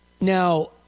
Now